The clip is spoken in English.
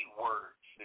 words